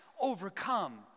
overcome